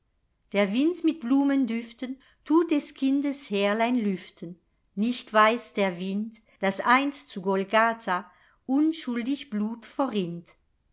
der wind mit blumendüften tut des kindes härlein lüften nicht weiß der wind daß einst zu golgatha unschuldig blut verrinnt